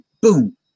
boom